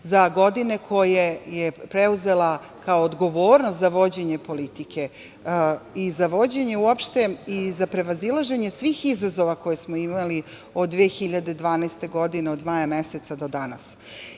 za godine koje je preuzela kao odgovornost za vođenje politike i za vođenje uopšte i za prevazilaženje svih izazova koje smo imali od 2012. godine, od maja meseca do danas. Danas